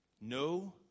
No